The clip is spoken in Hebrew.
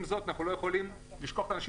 עם זאת, אנחנו לא יכולים לשכוח את האנשים